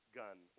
gun